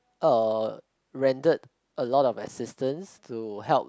uh rendered a lot of assistance to help